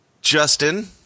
Justin